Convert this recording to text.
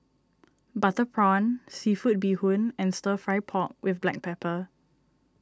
Butter Prawn Seafood Bee Hoon and Stir Fry Pork with Black Pepper